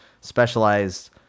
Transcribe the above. specialized